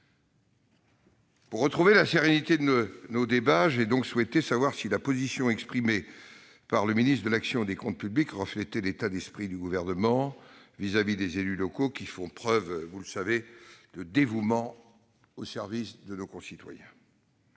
Pour retrouver la sérénité de nos débats, j'ai donc souhaité savoir si la position exprimée par le ministre de l'action et des comptes publics reflétait l'état d'esprit du Gouvernement vis-à-vis des élus locaux, qui, vous le savez, font preuve de dévouement au service de nos concitoyens.